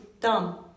dumb